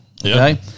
okay